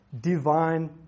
divine